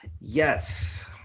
yes